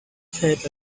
felt